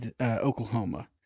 Oklahoma